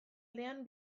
aldean